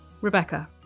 Rebecca